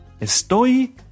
Estoy